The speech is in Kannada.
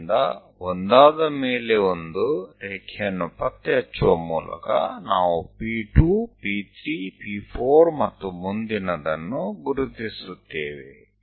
ಆದ್ದರಿಂದ ಒಂದಾದ ಮೇಲೆ ಒಂದು ರೇಖೆಯನ್ನು ಪತ್ತೆ ಹಚ್ಚುವ ಮೂಲಕ ನಾವು P 2 P 3 P 4 ಮತ್ತು ಮುಂದಿನದನ್ನು ಗುರುತಿಸುತ್ತೇವೆ